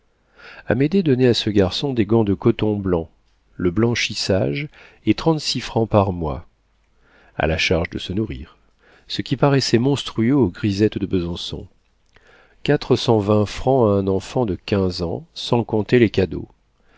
amédée donnait à ce garçon des gants de coton blanc le blanchissage et trente-six francs par mois à la charge de se nourrir ce qui paraissait monstrueux aux grisettes de besançon quatre cent vingt francs à un enfant de quinze ans sans compter les cadeaux